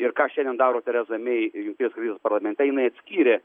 ir ką šiandien daro tereza mei jungtinės karalystės parlamente jinai atskyrė